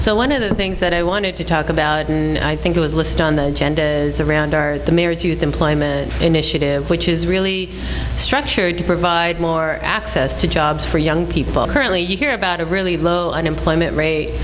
so one of the things that i wanted to talk about and i think it was listed on the agenda is around our the mayor's youth employment initiative which is really structured to provide more access to jobs for young people currently you hear about a really low unemployment rate